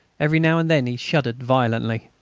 every now and then he shuddered violently.